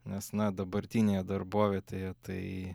nes na dabartinėje darbovietėje tai